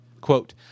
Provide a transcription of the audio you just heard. Quote